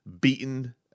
beaten